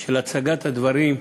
של הצגת הדברים,